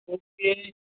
okay